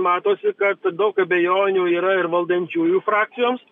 matosi ka daug abejonių yra ir valdančiųjų frakcijoms